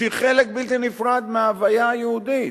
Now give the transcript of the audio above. שהיא חלק בלתי נפרד מההוויה היהודית.